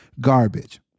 garbage